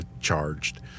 charged